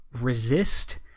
resist